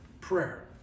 prayer